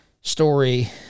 story